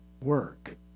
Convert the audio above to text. work